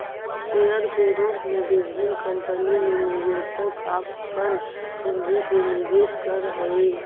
share के रूप में विभिन्न कंपनी में निवेशक अपन पूंजी के निवेश करऽ हइ